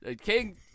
King